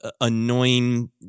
annoying